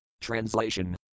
Translation